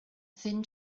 thin